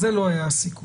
זה לא היה הסיכום,